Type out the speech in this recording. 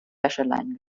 wäscheleinen